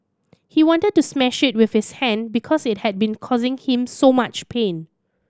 he wanted to smash it with his hand because it had been causing him so much pain